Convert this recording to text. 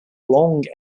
long